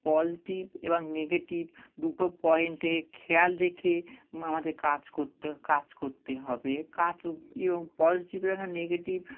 positive এবং negative দুটো পয়েন্টে খেয়াল রেখে আমাদের কাজ করতে কাজ করতে হবে কাজ এবং পজিটিভ এবং নেগেটিভ